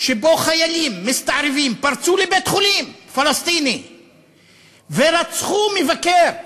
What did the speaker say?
שבו חיילים מסתערבים פרצו לבית-חולים פלסטיני ורצחו מבקר,